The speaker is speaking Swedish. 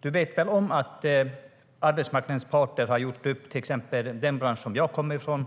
Du vet väl om att arbetsmarknadens parter, till exempel i den bransch som jag kommer ifrån,